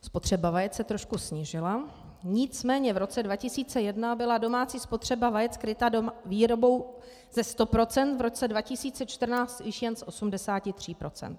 Spotřeba vajec se trošku snížila, nicméně v roce 2001 byla domácí spotřeba vajec kryta výrobou ze 100 %, v roce 2014 již jen z 83 %.